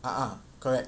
a'ah correct